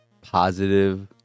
positive